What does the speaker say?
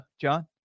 John